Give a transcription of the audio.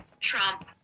Trump